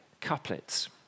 couplets